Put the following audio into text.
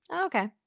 Okay